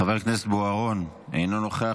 חבר הכנסת בוארון, אינו נוכח.